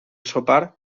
sopar